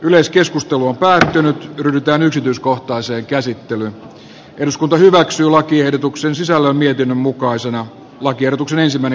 yleiskeskustelu on päättynyt tyrmätään yksityiskohtaiseen käsittelyyn eduskunta hyväksyi lakiehdotuksen sisällön mietinnön mukaisena lakiehdotuksen sisällöstä